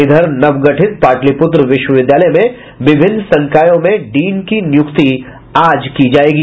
इधर नवगठित पाटलिपुत्र विश्वविद्यालय में विभिन्न संकायों में डीन की नियुक्ति आज की जायेगी